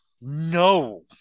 No